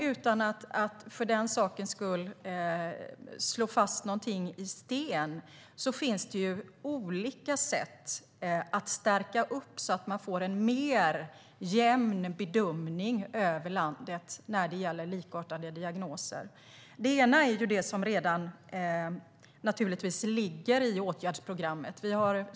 Utan att för den sakens skull rista någonting i sten finns det olika sätt att stärka det hela så att man får en jämnare bedömning över landet när det gäller likartade diagnoser. Det ena är det som redan ligger i åtgärdsprogrammet.